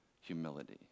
Humility